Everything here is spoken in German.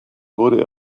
wurde